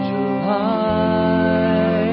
July